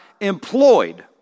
employed